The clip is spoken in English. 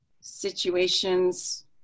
situations